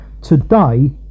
Today